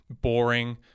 boring